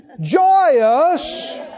joyous